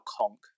conk